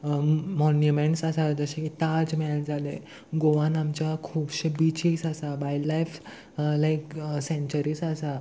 monuments आसा जशे की ताज महेल जाले गोवान आमच्या खुबशे बिचीस आसा वायल्ड लायफ लायक सेंच्युरीज आसा